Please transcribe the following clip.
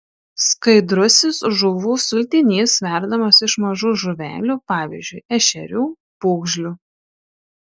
skaidrusis žuvų sultinys verdamas iš mažų žuvelių pavyzdžiui ešerių pūgžlių